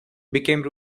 became